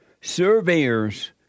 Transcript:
surveyors